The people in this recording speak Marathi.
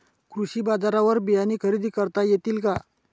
कृषी बाजारवर बियाणे खरेदी करता येतील का?